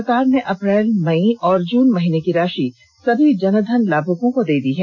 सरकार ने अप्रैल मई और जून माह की राशि सभी जनधन लाभुकों को दे दी है